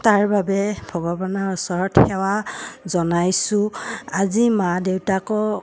তাৰ বাবে ভগৱানৰ ওচৰত সেৱা জনাইছোঁ আজি মা দেউতাকো